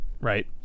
Right